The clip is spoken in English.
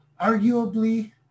Arguably